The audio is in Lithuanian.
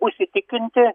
bus įtikinti